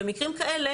במקרים כאלה